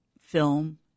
film